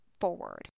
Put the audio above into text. forward